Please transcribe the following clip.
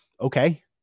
okay